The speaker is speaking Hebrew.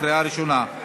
קריאה ראשונה,